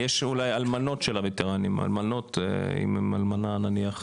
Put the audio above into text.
יש אולי אלמנות של הווטרנים, אם אלמנה נניח